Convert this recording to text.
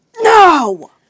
No